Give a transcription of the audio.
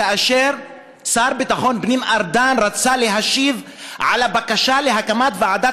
כאשר השר לביטחון פנים ארדן רצה להשיב על הבקשה להקמת ועדת